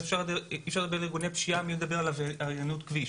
אי אפשר לדבר על ארגוני פשיעה בלי לדבר על עבריינות כביש.